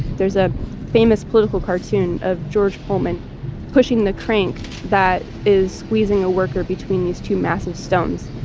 there's a famous political cartoon of george pullman pushing the crank that is squeezing a worker between these two massive stones,